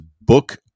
book